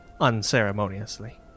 unceremoniously